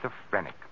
schizophrenic